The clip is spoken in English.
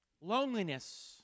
loneliness